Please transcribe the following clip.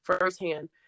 firsthand